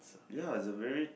ya it's a very